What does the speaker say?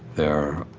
there,